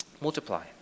Multiply